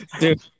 Dude